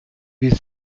wir